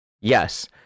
yes